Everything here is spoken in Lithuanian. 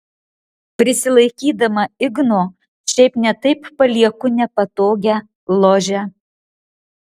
prisilaikydama igno šiaip ne taip palieku nepatogią ložę